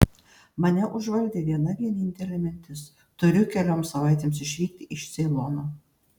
mane užvaldė viena vienintelė mintis turiu kelioms savaitėms išvykti iš ceilono